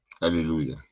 hallelujah